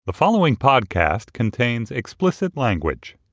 the following podcast contains explicit language